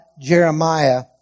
Jeremiah